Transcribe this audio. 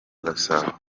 gasabo